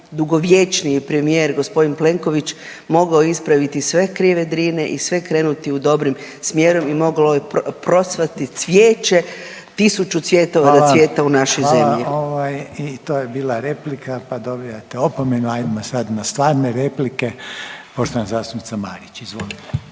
najdugovječniji premijer gospodin Plenković mogao ispraviti sve krive Drine i sve krenuti u dobrim smjerovima, moglo je procvasti cvijeće, tisuću cvjetova da …/Upadica: Hvala./… cvjeta u našoj zemlji. **Reiner, Željko (HDZ)** Hvala, ovaj i to je bila replika pa dobivate opomenu. Ajmo sad na stvarne replike, poštovana zastupnica Marić. Izvolite.